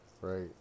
right